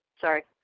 Sorry